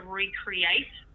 recreate